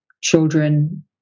children